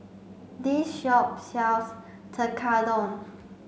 this shop sells Tekkadon